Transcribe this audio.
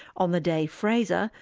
on the day fraser,